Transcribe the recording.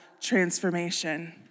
transformation